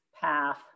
path